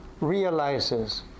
realizes